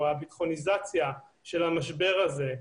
הביטחוניזציה של המשבר הזה,